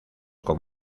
con